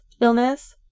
illness